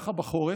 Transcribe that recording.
בחורף.